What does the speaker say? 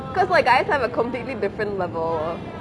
because like guys have a completely different level